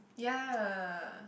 ya